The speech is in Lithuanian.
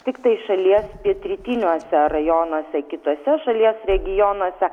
tiktai šalies pietrytiniuose rajonuose kituose šalies regionuose